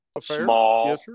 small